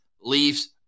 Leafs